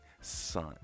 son